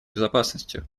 безопасностью